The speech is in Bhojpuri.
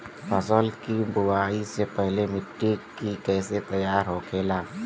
फसल की बुवाई से पहले मिट्टी की कैसे तैयार होखेला?